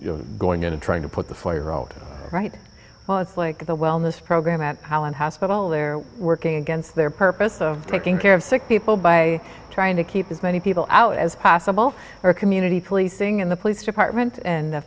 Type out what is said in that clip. know going in and trying to put the fire out right well it's like the wellness program at how and hospital they're working against their purpose of taking care of sick people by trying to keep as many people out as possible or community policing in the police department and the